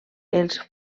els